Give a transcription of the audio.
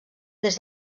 des